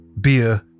beer